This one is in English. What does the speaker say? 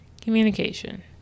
Communication